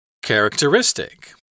Characteristic